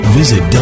visit